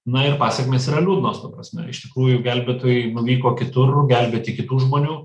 na ir pasekmės yra liūdnos ta prasme iš tikrųjų gelbėtojai nuvyko kitur gelbėti kitų žmonių